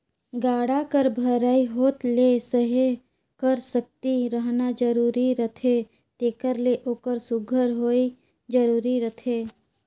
गाड़ा कर भरई होत ले सहे कर सकती रहना जरूरी रहथे तेकर ले ओकर सुग्घर होवई जरूरी रहथे